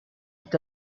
est